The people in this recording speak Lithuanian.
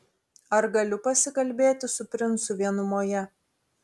ar galiu pasikalbėti su princu vienumoje